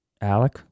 Alec